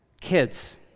Kids